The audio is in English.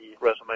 resume